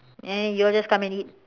and then you all just come and eat